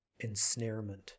ensnarement